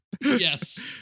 Yes